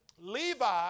Levi